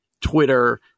Twitter